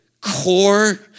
core